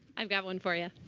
i've got one for you.